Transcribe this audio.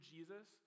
Jesus